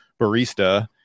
barista